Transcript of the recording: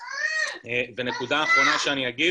נקודה אחרונה שאומר,